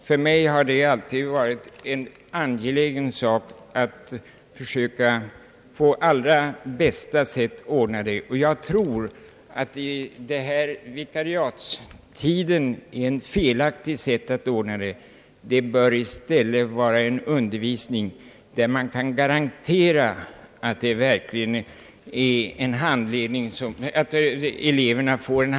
För mig har det alltid varit en angelägen sak att försöka att ordna det på allra bästa sätt, och jag tror att vikariatstiden är ett felaktigt sätt att ordna denna sak på. Det bör i stället anordnas en undervisning så att man kan garantera att eleverna får en handledning under tiden.